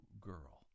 girl